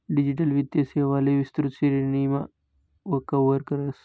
digital वित्तीय सेवांले विस्तृत श्रेणीमा कव्हर करस